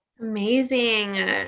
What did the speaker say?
Amazing